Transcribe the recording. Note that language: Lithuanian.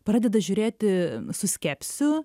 pradeda žiūrėti su skepsiu